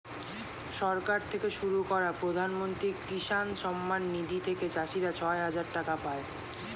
সরকার থেকে শুরু করা প্রধানমন্ত্রী কিষান সম্মান নিধি থেকে চাষীরা ছয় হাজার টাকা পায়